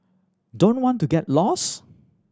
don't want to get lost